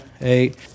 eight